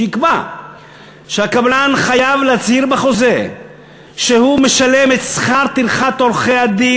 שתקבע שהקבלן חייב להצהיר בחוזה שהוא משלם את שכר טרחת עורכי-הדין,